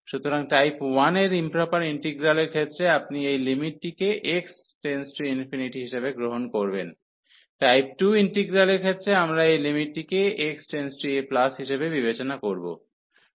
সুতরাং টাইপ 1 এর ইম্প্রপার ইন্টিগ্রালের ক্ষেত্রে আপনি এই লিমিটটিকে x→∞ হিসাবে গ্রহণ করবেন টাইপ 2 ইন্টিগ্রালের ক্ষেত্রে আমরা এই লিমিটটিকে x→a হিসাবে বিবেচনা করব